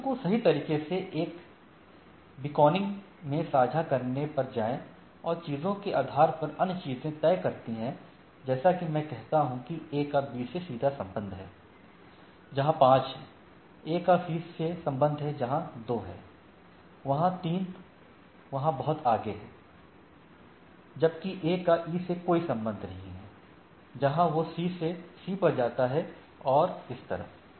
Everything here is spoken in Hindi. चीजों को सही तरीके से एक बैकनिंग में साझा करने पर जाएं और चीजों के आधार पर अन्य चीजें तय करती हैं जैसे कि मैं कहता हूं कि A का B से सीधा संबंध है जहां 5 है A का C से संबंध है जहां 2 है वहाँ 3 वहाँ बहुत आगे है जबकि A का E से कोई संबंध नहीं है जहाँ वह C से C पर जाता है और इस तरह